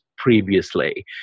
previously